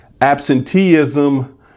absenteeism